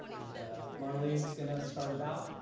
and marlene's gonna start it out.